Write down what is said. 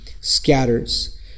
scatters